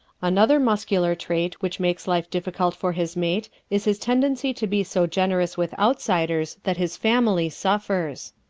another muscular trait which makes life difficult for his mate is his tendency to be so generous with outsiders that his family suffers.